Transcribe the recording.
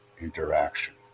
interaction